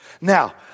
Now